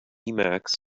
emacs